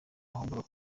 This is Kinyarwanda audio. ahubwo